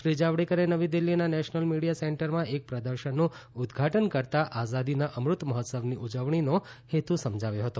શ્રી જાવડેકરે નવી દિલ્ફીના નેશનલ મીડિયા સેન્ટરમાં એક પ્રદર્શનનું ઉદઘાટન કરતા આઝાદીના અમૃત મહોત્સવની ઉજવણીનો હેતુ સમજાવ્યો હતો